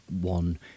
one